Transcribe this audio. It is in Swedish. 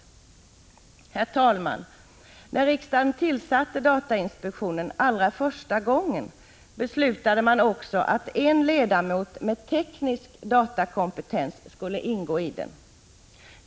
Herr talman! När riksdagen tillsatte datainspektionen beslutade man också att en ledamot med teknisk datakompetens skulle ingå i den.